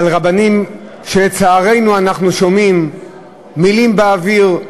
על רבנים שלצערנו אנחנו שומעים לגביהם מילים באוויר,